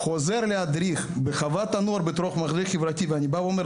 חוזר להדריך בחוות הנוער בתור מדריך חברתי ואני אומר,